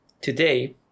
Today